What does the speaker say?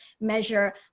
measure